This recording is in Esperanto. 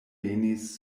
venis